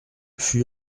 fut